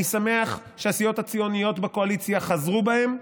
אני שמח שהסיעות הציוניות בקואליציה חזרו בהן,